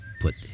put